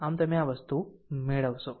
આમ તમે આ વસ્તુ મેળવશો